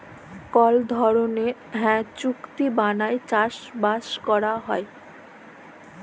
call ধরলের হাঁ চুক্তি বালায় চাষবাসট ক্যরা হ্যয়